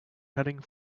heading